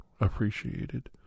appreciated